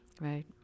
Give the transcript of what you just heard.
Right